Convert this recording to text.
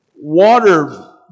water